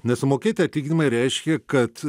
nesumokėti atlyginimai reiškia kad